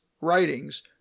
writings